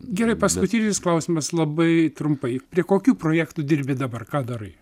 gerai paskutinis klausimas labai trumpai prie kokių projektų dirbi dabar ką darai